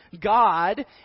God